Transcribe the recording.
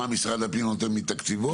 מה משרד הפנים נותן מתקציבו,